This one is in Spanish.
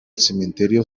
cementerio